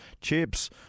chips